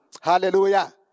Hallelujah